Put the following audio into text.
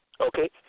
okay